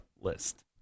list